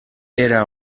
era